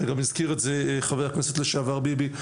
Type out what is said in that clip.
וגם הזכיר את זה חבר הכנסת לשעבר ביבי,